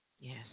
Yes